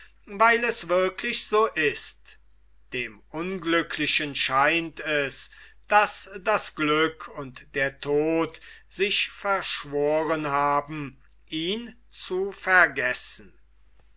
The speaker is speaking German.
weil es wirklich so ist dem unglücklichen scheint es daß das glück und der tod sich verschworen haben ihn zu vergessen